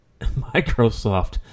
Microsoft